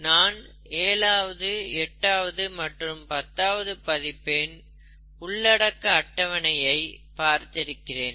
நான் ஏழாவது எட்டாவது மற்றும் பத்தாவது பதிப்பின் உள்ளடக்க அட்டவணையை பார்த்திருக்கிறேன்